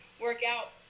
workout